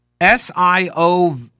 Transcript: S-I-O